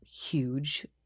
huge